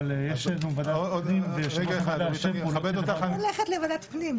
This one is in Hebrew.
אבל יש לנו ועדת פנים --- אני הולכת לוועדת פנים,